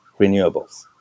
renewables